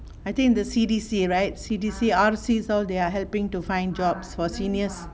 I think the C_D_C right C_D_C R_C all they are helping to find jobs for seniors